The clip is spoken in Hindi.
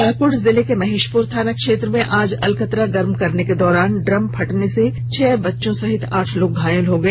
पाक्ड जिले के महेशप्र थाना क्षेत्र में आज अलकतरा गर्म करने के दौरान ड्रम फटने से छह बच्चे सहित आठ लोग घायल हो गए